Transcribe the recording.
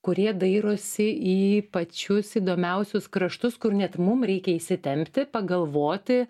kurie dairosi į pačius įdomiausius kraštus kur net mum reikia įsitempti pagalvoti